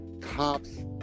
cops